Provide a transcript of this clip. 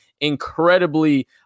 incredibly